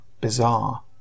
bizarre